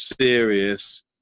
serious